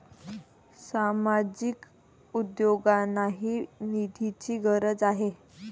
सामाजिक उद्योगांनाही निधीची गरज आहे